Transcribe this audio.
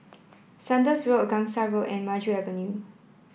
Saunders Road a Gangsa Road and Maju Avenue